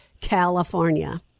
California